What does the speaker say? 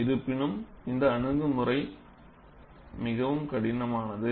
இருப்பினும் இந்த அணுகுமுறை மிகவும் கடினமானது